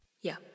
Yeah